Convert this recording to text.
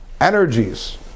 energies